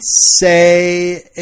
say